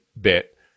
bit